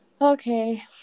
Okay